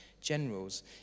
generals